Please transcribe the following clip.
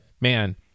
man